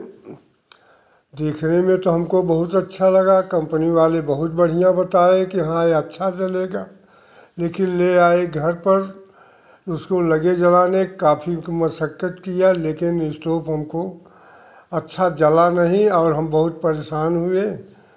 देखने में तो हमको बहुत अच्छा लगा कंपनी वाले बहुत बढ़िया बताए कि हाँ यह अच्छा चलेगा लेकिन ले आए घर पर उसको लगे जलाने काफ़ी मशक्कत किया लेकिन इस्टोव हमको अच्छा जला नहीं और हम बहुत परेशान हुए